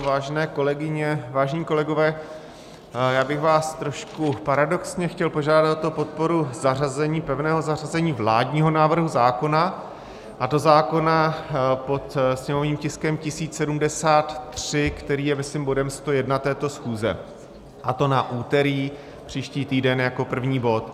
Vážené kolegyně, vážení kolegové, já bych vás trošku paradoxně chtěl požádat o podporu pevného zařazení vládního návrhu zákona, a to zákona pod sněmovním tiskem 1073, který je myslím bodem 101 této schůze, a to na úterý příští týden jako první bod.